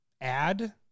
add